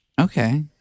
Okay